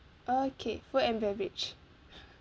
okay food and beverage